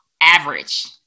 average